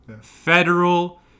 Federal